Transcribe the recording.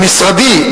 במשרדי,